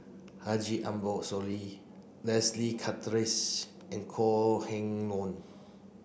Haji Ambo Sooloh Leslie Charteris and Kok Heng Leun